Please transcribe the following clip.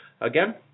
Again